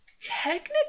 technically